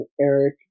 Eric